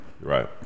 right